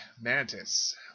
Mantis